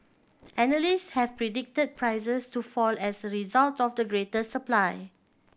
analysts have predicted prices to fall as a result of the greater supply